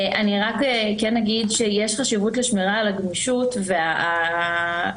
כן אגיד שיש חשיבות לשמירה על הגמישות והאפשרות